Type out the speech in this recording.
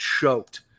choked